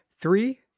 Three